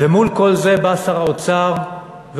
ומול כל זה בא שר האוצר ואומר: